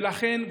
לכן,